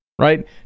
Right